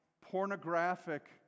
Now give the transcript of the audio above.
pornographic